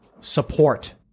support